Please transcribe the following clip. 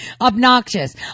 obnoxious